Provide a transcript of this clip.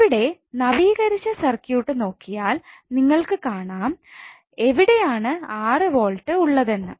ഇവിടെ നവീകരിച്ച സർക്യൂട്ട് നോക്കിയാൽ നിങ്ങൾക്ക് കാണാം എവിടെയാണ് 6 വോൾട് ഉള്ളതെന്ന്